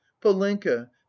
polenka